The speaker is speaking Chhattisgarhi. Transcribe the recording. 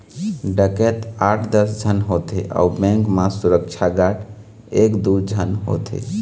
डकैत आठ दस झन होथे अउ बेंक म सुरक्छा गार्ड एक दू झन होथे